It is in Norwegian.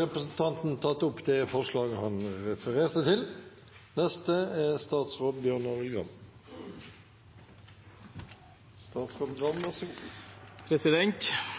Representanten André N. Skjelstad har tatt opp det forslaget han refererte til. Jeg er